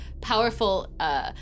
powerful